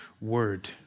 word